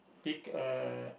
big uh